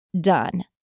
done